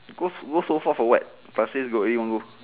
goes go so far for what pasir ris got